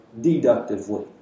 deductively